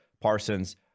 Parsons